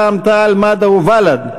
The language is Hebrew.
רע"ם-תע"ל-מד"ע ובל"ד.